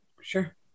Sure